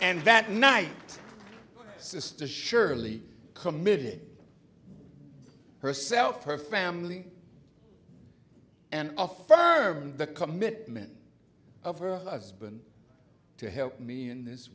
end that night sister shirley committed herself her family and affirmed the commitment of her husband to help me in this